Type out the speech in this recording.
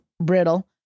brittle